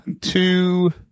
two